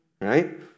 right